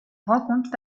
rencontre